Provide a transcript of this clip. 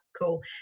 cool